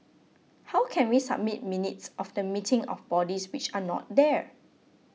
how can we submit minutes of the meeting of bodies which are not there